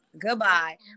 goodbye